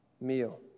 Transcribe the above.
meal